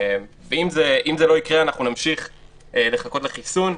אם זה לא יקרה אנחנו נמשיך לחכות לחיסון,